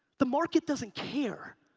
the market doesn't care.